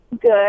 Good